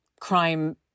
crime